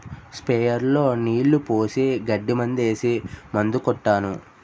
sprayer లో నీళ్లు పోసి గడ్డి మందేసి మందు కొట్టాను